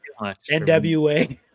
NWA